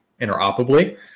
interoperably